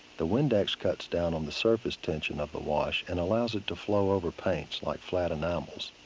the windex cuts down on the surface tension of the wash, and allows it to flow over paints like flat enamels.